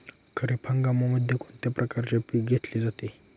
खरीप हंगामामध्ये कोणत्या प्रकारचे पीक घेतले जाते?